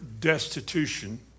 destitution